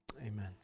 Amen